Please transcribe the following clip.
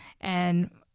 And-